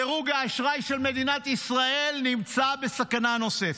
דירוג האשראי של מדינת ישראל נמצא בסכנה נוספת.